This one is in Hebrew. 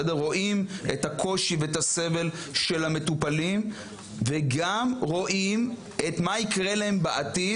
רואים את הקושי ואת הסבל של המטופלים וגם רואים מה יקרה להם בעתיד,